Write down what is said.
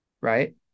right